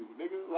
nigga